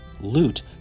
loot